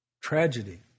Tragedy